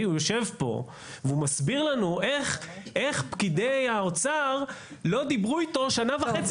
הוא יושב פה והוא מסביר לנו איך פקידי האוצר לא דיברו איתו שנה וחצי